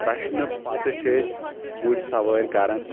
رچھنہٕ پتہٕ چھِ أسۍ گُرۍ سوٲرۍ کران